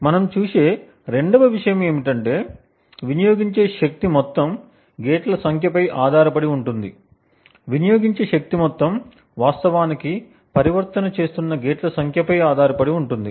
మనం చూసే రెండవ విషయం ఏమిటంటే వినియోగించే శక్తి మొత్తం గేట్ల సంఖ్యపై ఆధారపడి ఉంటుంది వినియోగించే శక్తి మొత్తం వాస్తవానికి పరివర్తన చేస్తున్న గేట్ల సంఖ్యపై ఆధారపడి ఉంటుంది